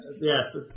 Yes